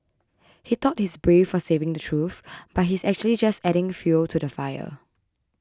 he thought he's brave for saying the truth but he's actually just adding fuel to the fire